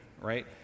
right